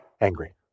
angry